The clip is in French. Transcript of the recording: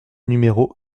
numéro